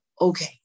okay